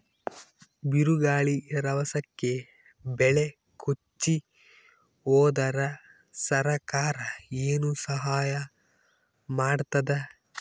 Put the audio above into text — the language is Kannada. ಬಿರುಗಾಳಿ ರಭಸಕ್ಕೆ ಬೆಳೆ ಕೊಚ್ಚಿಹೋದರ ಸರಕಾರ ಏನು ಸಹಾಯ ಮಾಡತ್ತದ?